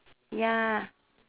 ya